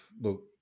look